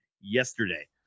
yesterday